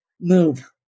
move